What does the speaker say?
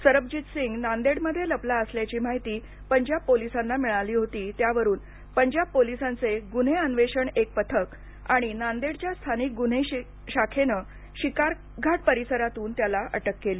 सरबजीतसिंघ नांदेडमध्ये लपला असल्याची माहिती पंजाब पोलीसाना मिळाली होती त्यावरून पंजाब पोलिसांचे गुन्हे अन्वेषणाचं एक पथक आणि नांदेडच्या स्थानिक गुन्हे शाखेने शिकारघाट परिसरातून त्याला अटक केली